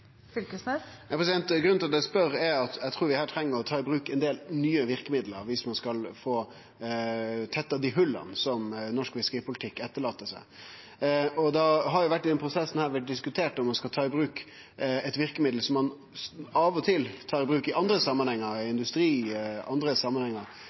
Grunnen til at eg spør, er at eg trur vi treng å ta i bruk ein del nye verkemiddel viss vi skal få tetta hòla som norsk fiskeripolitikk etterlèt seg. I denne prosessen har ein diskutert om ein skal ta i bruk eit verkemiddel som ein av og til tar i bruk i industrien og i andre samanhengar,